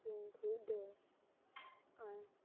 ᱦᱟᱹᱴᱤᱧ ᱠᱩᱪ ᱫᱚ ᱟᱨ